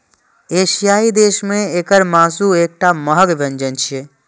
एशियाई देश मे एकर मासु एकटा महग व्यंजन छियै